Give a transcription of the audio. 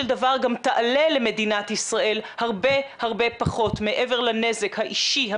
דבר גם יעלה למדינת ישראל הרבה הרבה פחות מעבר לנזק האישי,